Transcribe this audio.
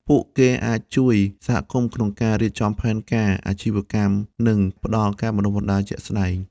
ពួកគេអាចជួយសហគមន៍ក្នុងការរៀបចំផែនការអាជីវកម្មនិងផ្តល់ការបណ្តុះបណ្តាលជាក់ស្តែង។